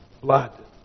blood